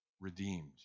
redeemed